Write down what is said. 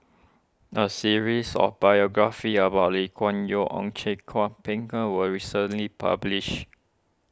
a series of biographies about Lee Kuan Yew Ong Teng Cheong was recently published